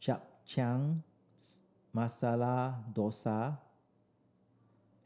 Japchae Masala Dosa